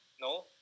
no